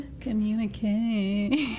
Communicate